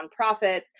nonprofits